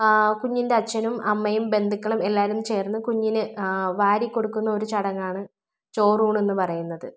ആ കുഞ്ഞിൻ്റെ അച്ഛനും അമ്മയും ബന്ധുക്കളും എല്ലാരും ചേർന്ന് കുഞ്ഞിന് വാരി കൊടുക്കുന്ന ഒരു ചടങ്ങാണ് ചോറൂണെന്ന് പറയുന്നത്